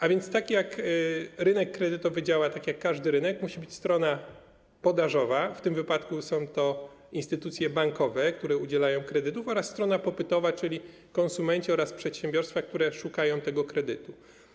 A więc rynek kredytowy działa tak jak każdy rynek, musi być strona podażowa, w tym wypadku są to instytucje bankowe, które udzielają kredytów, oraz strona popytowa, czyli konsumenci oraz przedsiębiorstwa, które szukają tego kredytu.